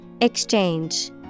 Exchange